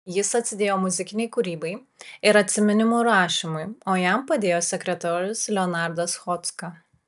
jis atsidėjo muzikinei kūrybai ir atsiminimų rašymui o jam padėjo sekretorius leonardas chodzka